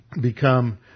become